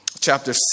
chapter